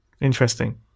Interesting